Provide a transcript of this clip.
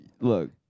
Look